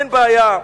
אין בעיה.